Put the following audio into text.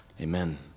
amen